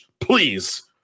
please